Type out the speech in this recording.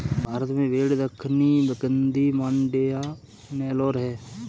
भारत में भेड़ दक्कनी, गद्दी, मांड्या, नेलोर है